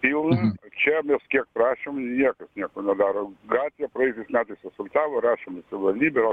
pilna čia mes kiek prašom niekas nieko nedaro gatvę praėjusiais metais asfaltavo rašėm nusivalydavo